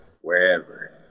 wherever